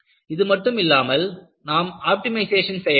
இது மட்டும் இல்லாமல் நாம் ஆப்டிமைசேஷன் செய்ய வேண்டும்